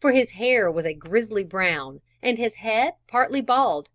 for his hair was a grizzly brown and his head partly bald